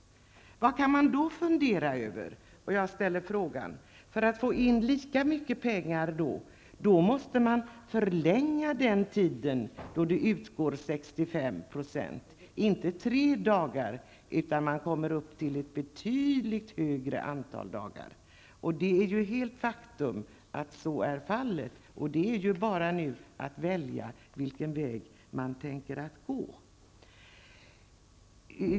Vad kan man då fundera över -- jag ställer frågan -- för att få in lika mycket pengar? Då måste man förlänga tiden då det utgår 65 %, inte till tre dagar utan till ett betydligt större antal dagar. Det är ett faktum att så är fallet, och det är bara nu att välja vilken väg man vill gå.